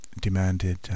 demanded